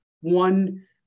one